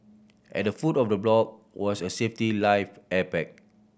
at the foot of the block was a safety life air pack